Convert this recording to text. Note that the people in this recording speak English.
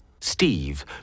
steve